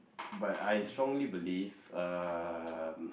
but I strongly believe um